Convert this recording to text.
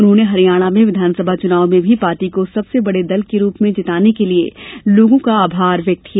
उन्होंने हरियाणा में विधानसभा चुनाव मेँ भी पार्टी को सबसे बड़े दल के रूप में जिताने के लिए लोगों का आभार व्यक्त किया